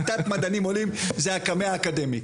קליטת מדענים עולים זה הקמע המודרני.